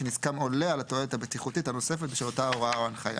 שנזקם עולה על התועלת הבטיחותית הנוספת בשל אותה הוראה או הנחיה.